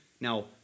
Now